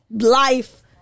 life